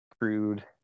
crude